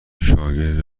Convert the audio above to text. شاگرد